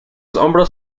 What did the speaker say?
hombros